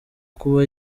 kuba